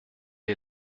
est